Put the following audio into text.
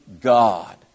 God